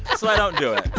so i don't do it.